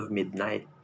midnight